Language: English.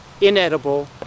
inedible